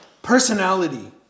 personality